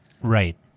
Right